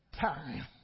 Time